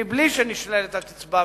מבלי שנשללת הקצבה.